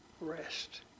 rest